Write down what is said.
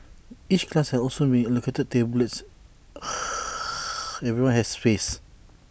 each class has also been allocated tables everyone has space